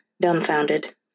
dumbfounded